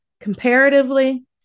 Comparatively